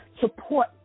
support